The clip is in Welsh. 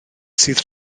sydd